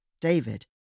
David